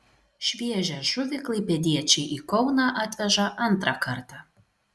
šviežią žuvį klaipėdiečiai į kauną atveža antrą kartą